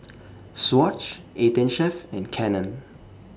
Swatch eighteen Chef and Canon